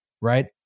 right